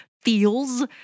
feels